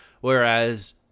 Whereas